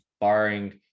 barring